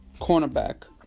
cornerback